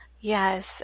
Yes